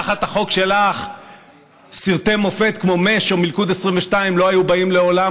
תחת החוק שלך סרטי מופת כמו מ.א.ש או מלכוד 22 לא היו באים לעולם,